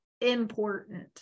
important